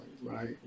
Right